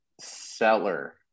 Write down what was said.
seller